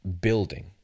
building